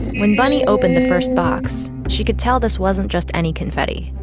when bunnie opened the first box, she could tell this wasn't just any confetti.